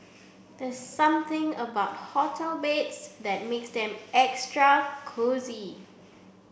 there's something about hotel beds that makes them extra cosy